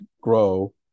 grow